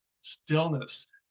stillness